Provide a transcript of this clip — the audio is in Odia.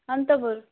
ଅନ୍ତପୁର